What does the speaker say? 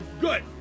Good